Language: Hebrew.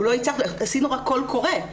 עשינו רק קול קורא.